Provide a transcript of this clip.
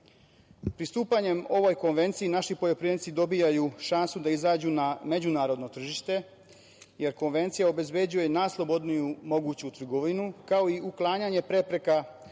hrani. Pristupanjem ovoj Konvenciji, naši poljoprivrednici dobijaju šansu da izađu na međunarodno tržište, jer Konvencija obezbeđuje najslobodniju moguću trgovinu, kao i uklanjanje prepreka